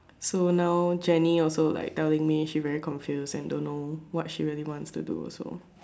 so now Jenny also like telling me she very confused and don't know what's she really wants to do also